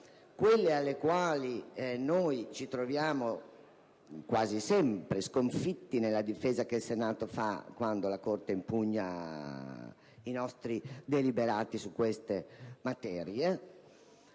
base alle quali ci troviamo quasi sempre sconfitti nella difesa che il Senato fa quando la Corte impugna i nostri deliberati su queste materie.